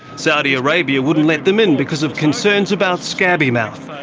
saudi arabia wouldn't let them in because of concerns about scabby mouth.